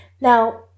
Now